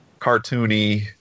cartoony